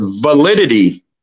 validity